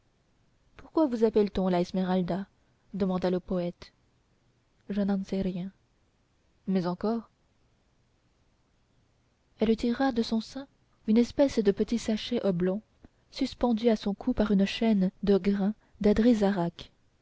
pourquoi vous appelle-t-on la esmeralda demanda le poète je n'en sais rien mais encore elle tira de son sein une espèce de petit sachet oblong suspendu à son cou par une chaîne de grains d'adrézarach